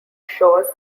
shores